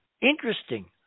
interesting